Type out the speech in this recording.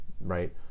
right